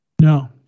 No